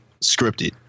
scripted